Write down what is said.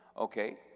Okay